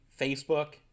facebook